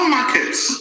markets